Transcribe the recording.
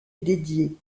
dédiée